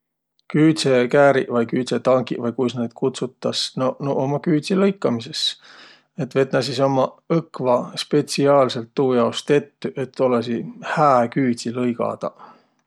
Küüdsekääriq vai küüdsetangiq vai kuis naid kutsutas, noq, nuuq ummaq küüdsi lõikamisõs. Et vet nä sis ummaq õkva spetsiaalsõlt tuu jaos tettüq, et olõsiq hää küüdsi lõigadaq.